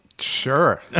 Sure